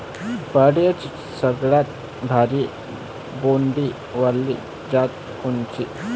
पराटीची सगळ्यात भारी बोंड वाली जात कोनची?